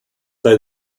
they